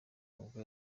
ubwo